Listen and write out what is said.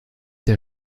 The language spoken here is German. der